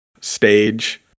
stage